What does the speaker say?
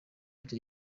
bya